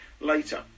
later